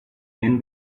men